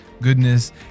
goodness